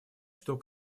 что